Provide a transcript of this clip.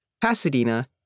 Pasadena